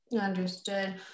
Understood